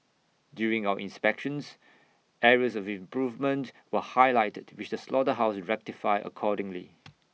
during our inspections areas of improvement were highlighted which the slaughterhouse rectified accordingly